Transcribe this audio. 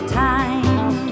time